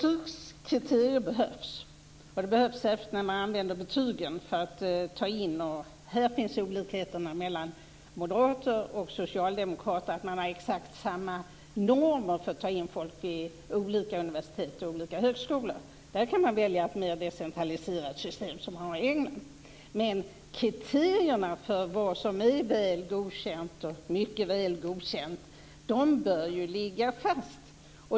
Fru talman! Betygskriterier behövs, särskilt när betygen används vid intagning. Moderater och socialdemokrater har olika uppfattning om behovet av att ha exakt samma normer för att ta in studerande vid olika universitet och högskolor. Här kan man välja ett mer decentraliserat system som det man har i England. Men kriterierna för vad som är Väl godkänt och Mycket väl godkänt bör ligga fast.